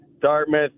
Dartmouth